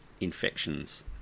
infections